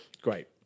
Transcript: great